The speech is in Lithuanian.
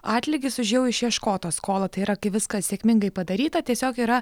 atlygis už jau išieškotą skolą tai yra kai viskas sėkmingai padaryta tiesiog yra